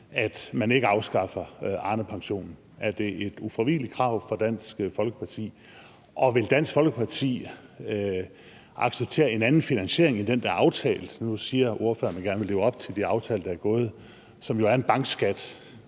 at man ikke afskaffer Arnepensionen. Er det et ufravigeligt krav fra Dansk Folkepartis side? Og vil Dansk Folkeparti acceptere en anden finansiering end den, der er aftalt, som jo er en bankskat? Nu siger ordføreren, at man gerne vil leve op til den aftale, der er indgået. Vil ordføreren